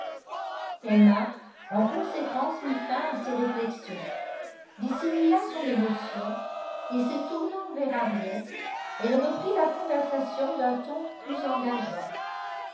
emma en conséquence mit fin à ses réflexions dissimula son émotion et se tournant vers henriette elle reprit la conversation d'un ton plus engageant